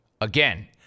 again